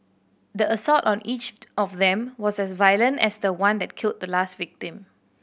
the assault on each of them was as violent as the one that killed the last victim